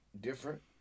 Different